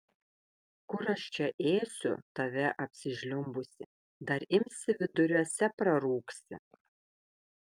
kur aš čia ėsiu tave apsižliumbusį dar imsi viduriuose prarūgsi